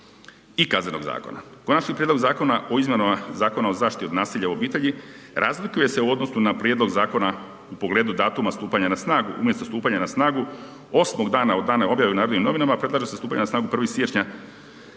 u obitelji i KZ-a. Konačni prijedlog zakona o izmjenama Zakona o zaštiti od nasilja u obitelji razlikuje se u odnosu na prijedlogu zakona u pogledu datuma stupanja na snagu, umjesto stupanja na snagu osmog dana od dana objave u Narodnim novinama, predlaže se stupanje na snagu 1. siječnja